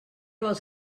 vols